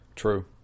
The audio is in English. true